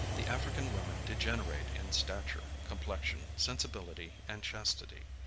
the african women degenerate in stature, complexion, sensibility, and chastity.